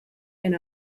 and